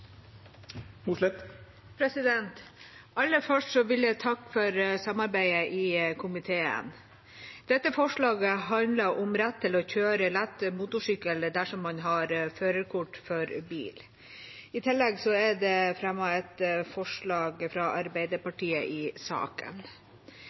minutter. Aller først vil jeg takke for samarbeidet i komiteen. Dette forslaget handler om rett til å kjøre lett motorsykkel dersom man har førerkort for bil. I tillegg er det fremmet et forslag fra